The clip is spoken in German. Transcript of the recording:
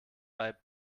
bei